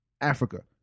Africa